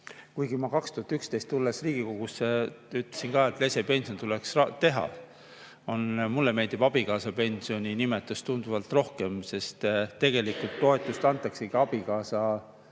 kuigi ma 2011. aastal tulles Riigikogusse ütlesin ka, et lesepension tuleks teha – ja mulle meeldib abikaasapensioni nimetus tunduvalt rohkem, sest tegelikult toetust antaksegi abikaasa teenitud